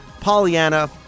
Pollyanna